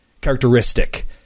characteristic